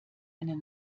eine